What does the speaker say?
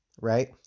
right